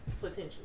potential